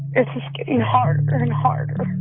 it's just getting harder and harder.